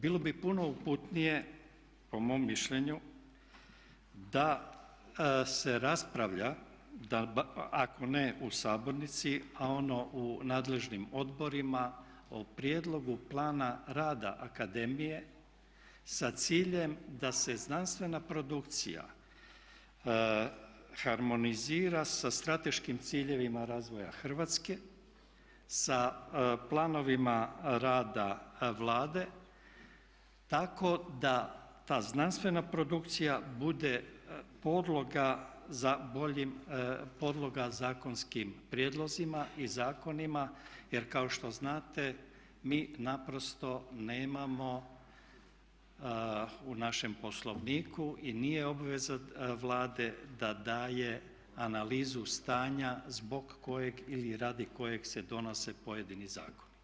Bilo bi puno uputnije, po mom mišljenju, da se raspravlja, ako ne u sabornici a ono u nadležnim odborima, o prijedlogu plana rada akademije sa ciljem da se znanstvena produkcija harmonizira sa strateškim ciljevima razvoja Hrvatske, sa planovima rada Vlade tako da ta znanstvena produkcija bude podloga boljim zakonskim prijedlozima i zakonima jer kao što znate mi naprosto nemamo u našem Poslovniku i nije obveza Vlade da daje analizu stanja zbog kojeg ili radi kojeg se donose pojedini zakoni.